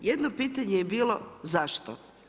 Jedno pitanje je bilo zašto?